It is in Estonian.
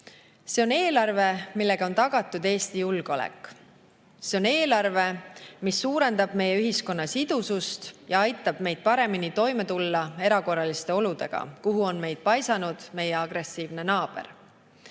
See on eelarve, millega on tagatud Eesti julgeolek. See on eelarve, mis suurendab meie ühiskonna sidusust ja aitab meil paremini toime tulla erakorraliste oludega, kuhu on meid paisanud meie agressiivne naaber.